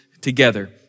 together